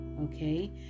Okay